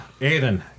Aiden